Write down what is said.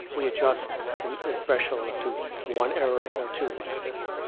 we adjust the threshold to one error or two, like this.